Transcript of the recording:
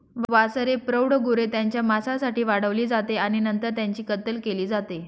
वासरे प्रौढ गुरे त्यांच्या मांसासाठी वाढवली जाते आणि नंतर त्यांची कत्तल केली जाते